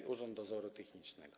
i Urząd Dozoru Technicznego.